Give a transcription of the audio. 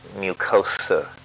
mucosa